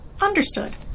Understood